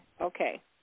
okay